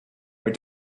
but